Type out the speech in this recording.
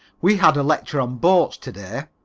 we had a lecture on boats to-day.